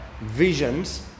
visions